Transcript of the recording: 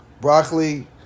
broccoli